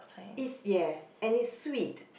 if ya any sweet